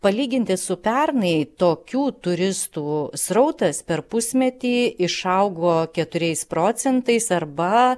palyginti su pernai tokių turistų srautas per pusmetį išaugo keturiais procentais arba